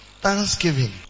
thanksgiving